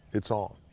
it's on.